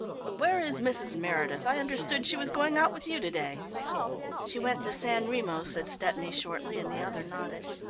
but where is mrs. meredith i understood she was going out with you to-day? she went to san remo, said stepney shortly, and the other nodded.